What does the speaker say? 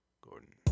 Gordon